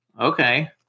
Okay